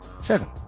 seven